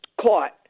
caught